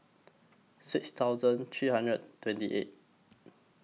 six thousand three hundred and twenty eight